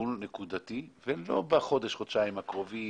טיפול נקודתי ולא בחודש-חודשיים הקרובים,